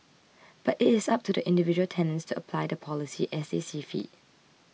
but it is up to individual tenants to apply the policy as they see fit